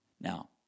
Now